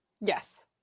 Yes